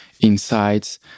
insights